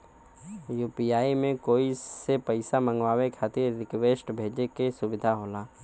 UPI में कोई से पइसा मंगवाये खातिर रिक्वेस्ट भेजे क सुविधा होला